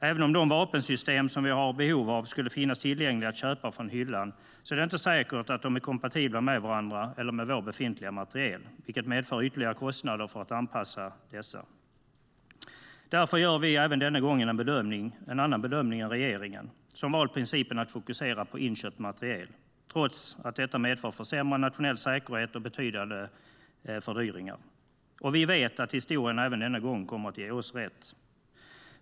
Även om de vapensystem som vi har behov av skulle finnas tillgängliga att köpa från hyllan är det inte säkert att de är kompatibla med varandra eller med vår befintliga materiel, vilket medför ytterligare kostnader för att anpassa dessa. Därför gör vi även denna gång en annan bedömning än regeringen som har valt att fokusera på inköpt materiel, trots att detta medför försämrad nationell säkerhet och betydande fördyringar. Och vi vet att vi kommer att få rätt även denna gång.